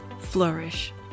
Flourish